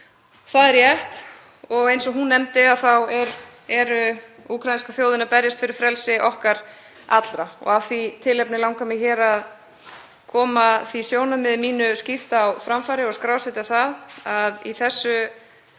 Það er rétt. Og eins og hún nefndi þá er úkraínska þjóðin að berjast fyrir frelsi okkar allra. Af því tilefni langar mig að koma því sjónarmiði mínu hér skýrt á framfæri og skrásetja það að í þessu